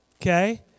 Okay